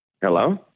Hello